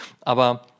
aber